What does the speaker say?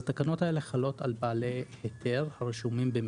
התקנות האלה חלות על בעלי היתר הרשומים.